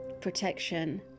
protection